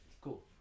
Cool